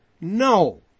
No